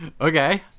Okay